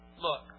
Look